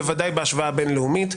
בוודאי בהשוואה בין-לאומית,